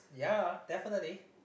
yea definitely